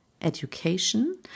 education